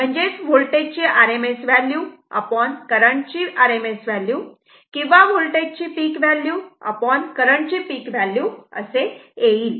म्हणजेच होल्टेज ची RMS value current ची RMS व्हॅल्यू किंवा वोल्टेज ची पिक व्हॅल्यू करंट ची पिक व्हॅल्यू असे येईल